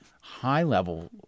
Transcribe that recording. high-level